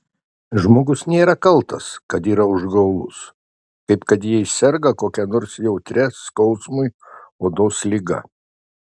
žmogus nėra kaltas kad yra užgaulus kaip kad jei serga kokia nors jautria skausmui odos liga